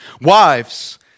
Wives